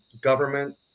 government